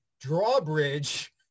drawbridge